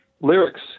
lyrics